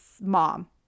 mom